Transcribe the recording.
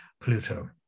Pluto